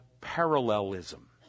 parallelism